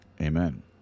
Amen